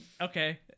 okay